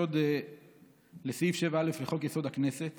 ולסעיף 7א לחוק-יסוד: הכנסת